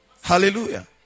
Hallelujah